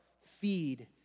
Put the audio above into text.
feed